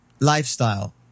lifestyle